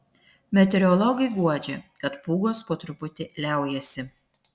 meteorologai guodžia kad pūgos po truputį liaujasi